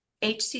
HC